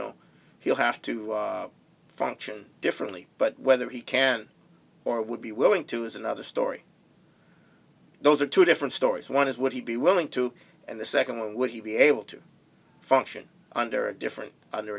know he'll have to function differently but whether he can or would be willing to is another story those are two different stories one is would he be willing to and the second would he be able to function under a different under